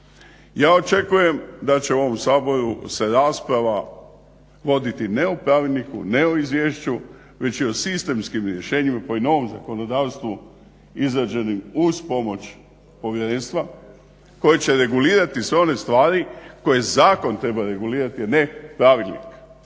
Ja očekujem da će u ovom saboru se rasprava voditi ne o pravilniku, ne o izvješću već i o sistemskim rješenjima pa i novim zakonodavstvu izrađenim uz pomoć povjerenstva koje će regulirati sve one stvari koje zakon treba regulirati ne pravilnik.